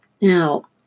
Now